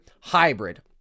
hybrid